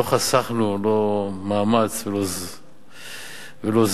לא חסכנו, לא מאמץ ולא זמן,